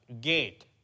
gate